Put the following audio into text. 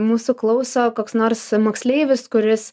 mūsų klauso koks nors moksleivis kuris